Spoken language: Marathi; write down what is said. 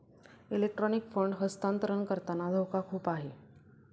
इलेक्ट्रॉनिक फंड हस्तांतरण करताना धोका खूप आहे